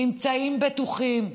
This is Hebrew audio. נמצאים בטוחים,